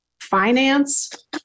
finance